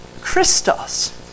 Christos